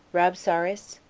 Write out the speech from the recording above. rabsaris,